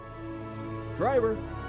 Driver